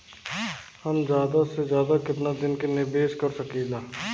हम ज्यदा से ज्यदा केतना दिन के निवेश कर सकिला?